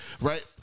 right